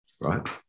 right